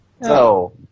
no